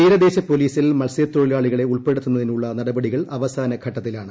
തീരദേശപോലീസിൽ മത്സൃത്തൊഴിലാളികളെ ഉൾപ്പെടു ത്തുന്നതിനുള്ള നടപടികൾ അവസാനഘട്ടത്തിലാണ്